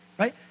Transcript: right